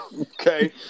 Okay